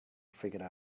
figured